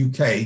UK